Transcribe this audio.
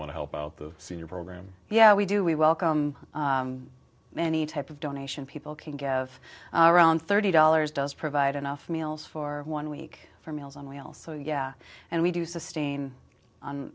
want to help out the senior program yeah we do we welcome any type of donation people can give around thirty dollars does provide enough meals for one week for meals on wheels so yeah and we do sustain on